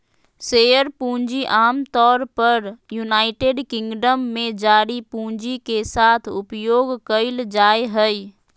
share पूंजी आमतौर पर यूनाइटेड किंगडम में जारी पूंजी के साथ उपयोग कइल जाय हइ